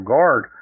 Guard